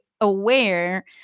aware